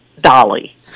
dolly